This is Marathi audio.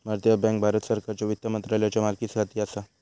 भारतीय बँक भारत सरकारच्यो वित्त मंत्रालयाच्यो मालकीखाली असा